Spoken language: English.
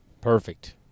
Perfect